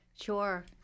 Sure